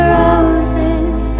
roses